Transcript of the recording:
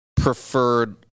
preferred